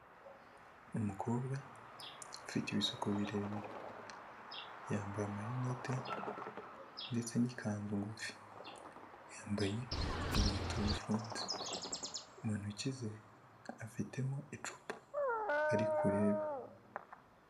Umukobwa ufite ibisuko birebire yambaye amarinete ndetse n'ikanzu ngufi, yambaye inkweto zifunze mu ntoki ze afitemo icupa ari kureba.